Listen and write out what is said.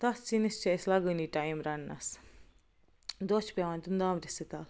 تتھ سِنِس چھِ اسہِ لگٲنی ٹایم رننس دۄہ چھِ پیٚوان دیُن دانٛورِسٕے تَل